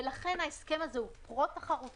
לכן ההסכם הזה הוא פרו-תחרותי,